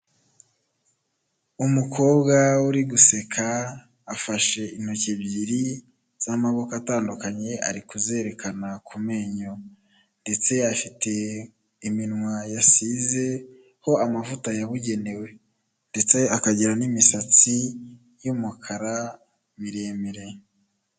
Umukobwa uri guseka afashe intoki ebyiri z'amaboko atandukanye ari kuzerekana ku menyo ndetse afite iminwa yasizeho amavuta yabugenewe ndetse akagira n'imisatsi y'umukara miremire.